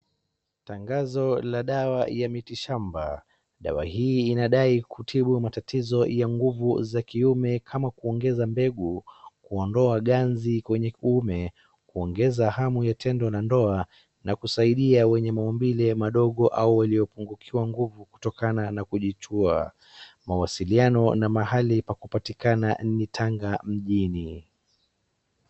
Tangazo la dawa ya miti shamba, dawa hii inadai kutibu matatizo za nguvu za kiume kama kuongeza mbegu, kuondoa ganzi kwenye uume, kuongeza hamu ya tendo la ndoa, na kusaidia wenye maumbile madogo au waliopungukiwa nguvu kutokana na kujitua. Mawasiliano na mahali pa kupatikana ni Tanga mjini.